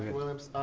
and williams.